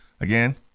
again